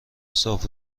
صاف